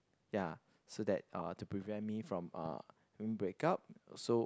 ya so that uh to prevent me from uh having break up so